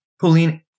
Pauline